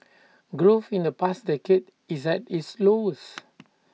growth in the past decade is at its lowest